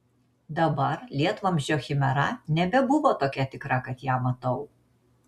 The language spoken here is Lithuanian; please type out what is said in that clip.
dabar lietvamzdžio chimera nebebuvo tokia tikra kad ją matau